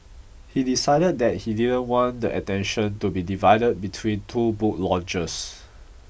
he decided that he didn't want the attention to be divided between two book launches